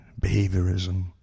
behaviorism